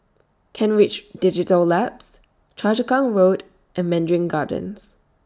Kent Ridge Digital Labs Choa Chu Kang Road and Mandarin Gardens